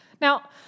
Now